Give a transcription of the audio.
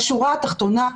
בשורה התחתונה,